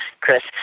Chris